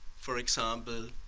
for example,